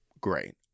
Great